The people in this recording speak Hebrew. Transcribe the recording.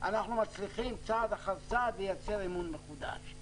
אנחנו מצליחים צעד אחד צעד לייצר אמון מחודש.